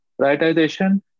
prioritization